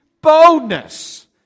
boldness